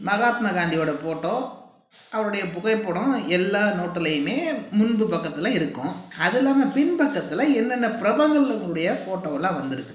மஹாத்மா காந்தியோடய போட்டோ அவருடைய புகைப்படம் எல்லா நோட்டுலையும் முன்பு பக்கத்தில் இருக்கும் அது இல்லாமல் பின் பக்கத்தில என்னென்ன பிரபலங்களுடைய போட்டோலாம் வந்திருக்குது